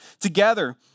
together